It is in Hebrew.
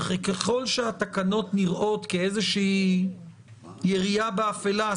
וככל שהתקנות נראות כאיזושהי ירייה באפלה,